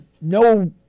no